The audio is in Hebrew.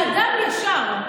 אתה אדם ישר.